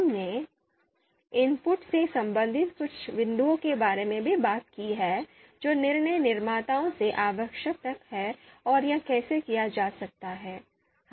हमने इनपुट से संबंधित कुछ बिंदुओं के बारे में भी बात की है जो निर्णय निर्माताओं से आवश्यक हैं और यह कैसे किया जा सकता है